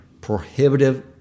prohibitive